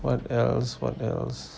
what else what else